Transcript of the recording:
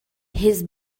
his